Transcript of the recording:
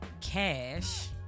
cash